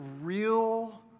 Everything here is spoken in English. real